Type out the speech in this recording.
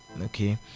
Okay